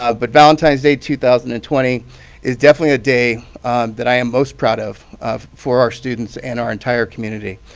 but valentine's day two thousand and twenty is definitely a day that i am most proud of of for our students and our entire community,